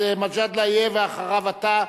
אז מג'אדלה יהיה, ואחריו אתה.